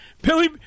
Billy